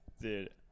Dude